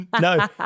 no